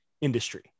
industry